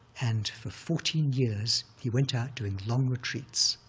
and for fourteen years he went out doing long retreats.